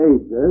ages